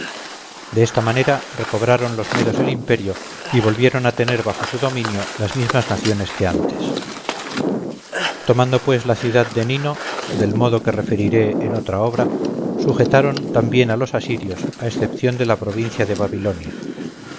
de esta manera recobraron los medos el imperio y volvieron a tener bajo su dominio las mismas naciones que antes tomando después la ciudad de nino del modo que referiré en otra obra sujetaron también a los asirios a excepción de la provincia de babilonia